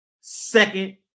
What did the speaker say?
second